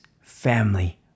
family